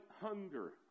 hunger